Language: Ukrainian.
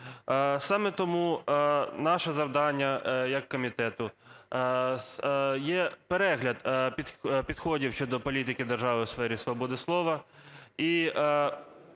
Саме тому наше завдання як комітету є перегляд підходів щодо політики держави у сфері свободи слова